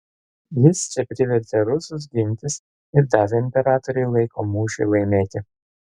jis čia privertė rusus gintis ir davė imperatoriui laiko mūšiui laimėti